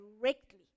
directly